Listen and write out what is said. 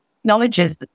acknowledges